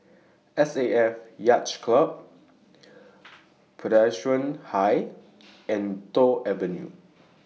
S A F Yacht Club Presbyterian High and Toh Avenue